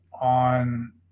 on